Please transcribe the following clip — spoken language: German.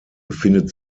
befindet